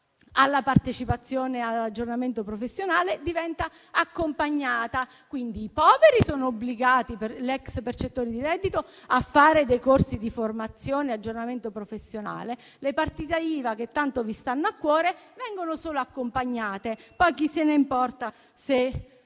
alla partecipazione all'aggiornamento professionale, diventa "accompagnata". Quindi i poveri, gli ex percettori di reddito, sono obbligati a fare corsi di formazione e aggiornamento professionale, mentre le partite IVA, che tanto vi stanno a cuore, vengono solo accompagnate; poi chi se ne importa se